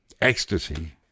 ecstasy